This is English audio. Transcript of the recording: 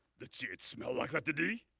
let's see, it smell like letter d?